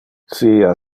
sia